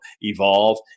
evolve